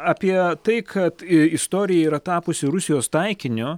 apie tai kad istorija yra tapusi rusijos taikiniu